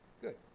good